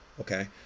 Okay